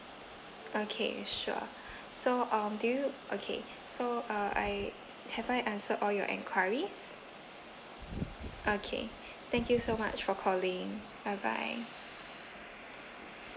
okay sure so um do you okay so uh I have I answer all your enquiries okay thank you so much for calling bye bye